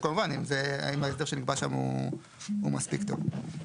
כמובן האם ההסדר שמגובש שם הוא מספיק טוב.